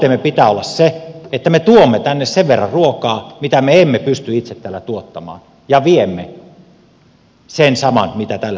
tavoitteemme pitää olla se että me tuomme tänne sen verran ruokaa mitä me emme pysty itse täällä tuottamaan ja viemme sen saman mitä tällä hetkellä tuomme